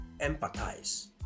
empathize